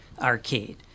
arcade